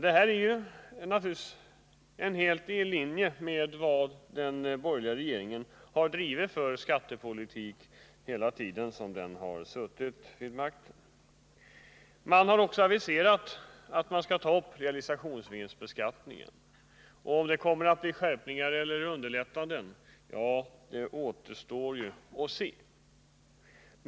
Detta är givetvis helt i linje med den skattepolitik som den borgerliga regeringen har drivit hela den tid som den har suttit vid makten. Regeringen har också aviserat att realisationsvinstbeskattningen skall tas upp. Om det blir fråga om skärpningar eller lättnader i reglerna återstår att se.